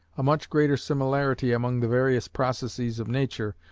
a much greater similarity among the various processes of nature,